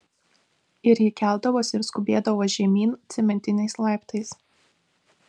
ir ji keldavosi ir skubėdavo žemyn cementiniais laiptais